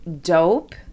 dope